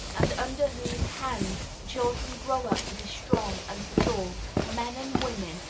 and under whose hands children grow up to be strong and pure men and women,